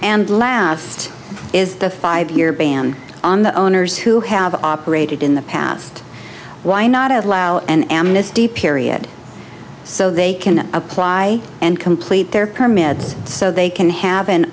and last is the five year ban on the owners who have operated in the past why not allow an amnesty period so they can apply and complete their permits so they can have and